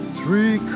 Three